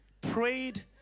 prayed